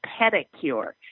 pedicure